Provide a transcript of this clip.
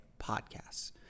podcasts